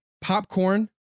popcorn